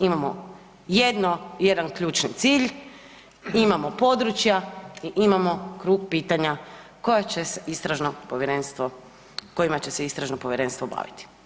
Imamo jedno, jedan ključni cilj, imamo područja i imamo krug pitanja koja će se istražno povjerenstvo, kojima će se istražno povjerenstvo baviti.